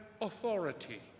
authority